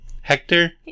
Hector